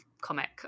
comic